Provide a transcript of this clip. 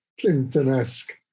Clinton-esque